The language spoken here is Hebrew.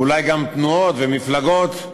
אולי גם תנועות ומפלגות,